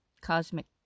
Cosmic